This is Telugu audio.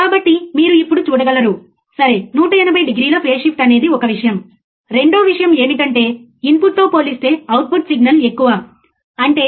కాబట్టి ఇప్పుడు మీరు అవుట్పుట్ వోల్టేజ్ అంటే ఏమిటి మరియు సమయం ఏమిటో అర్థం చేసుకోవాలి